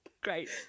Great